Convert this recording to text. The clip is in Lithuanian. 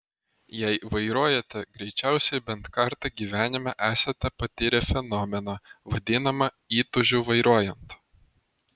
jei vairuojate greičiausiai bent kartą gyvenime esate patyrę fenomeną vadinamą įtūžiu vairuojant